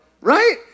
Right